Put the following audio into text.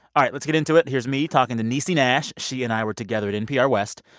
all right, let's get into it. here's me talking to niecy nash. she and i were together at npr west.